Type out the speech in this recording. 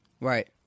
Right